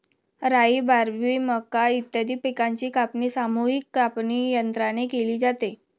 राई, बार्ली, मका इत्यादी पिकांची कापणी सामूहिक कापणीयंत्राने केली जाते